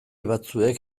batzuek